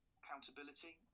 accountability